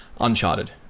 Uncharted